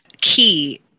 key